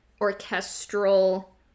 orchestral